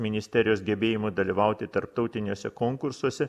ministerijos gebėjimu dalyvauti tarptautiniuose konkursuose